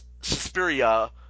Suspiria